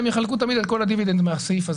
הם יחלקו תמיד את כל הדיבידנד מהסעיף הזה